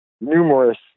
numerous